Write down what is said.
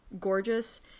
gorgeous